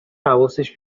حواسش